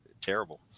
terrible